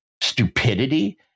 stupidity